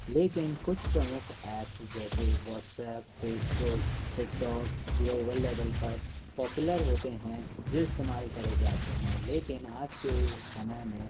लेकिन कुछ प्रमुख ऐप्स जैसे व्हाट्सएप्प फेसबूक टिकटोक ग्लोबल लेबल पर पोपुलर होते हैं जो इस्तेमाल करे जाते हैं लेकिन आज के समय में